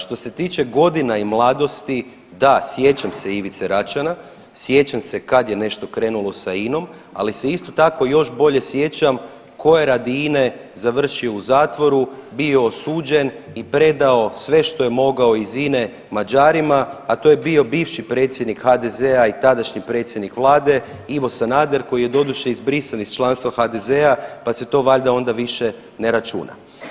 Što se tiče godina i mladosti, da sjećam se Ivice Račana, sjećam se kad je nešto krenulo sa INOM, ali se isto tako još bolje sjećam tko je radi INE završio u zatvoru, bio osuđen i predao sve što je mogao iz INE Mađarima, a to je bio bivši predsjednik HDZ-a i tadašnji predsjednik vlade Ivo Sanader koji je doduše izbrisan iz članstva HDZ-a pa se to valjda onda više ne računa.